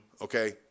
Okay